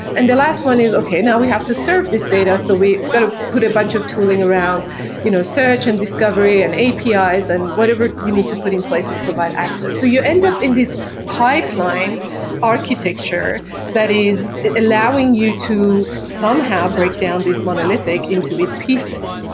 and the last one is, okay. now, we have to serve this data. so we've got to put a bunch of tooling around you know search and discovery and apis ah and whatever you need to put in place to provide access. so you end up in this pipeline architecture that is allowing you to somehow breakdown this monolithic into its pieces.